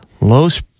Los